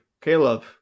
Caleb